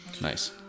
nice